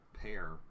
pair